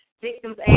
victims